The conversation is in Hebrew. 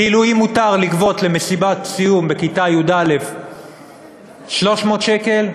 אם מותר לגבות למסיבת סיום בכיתה י"א 300 שקל,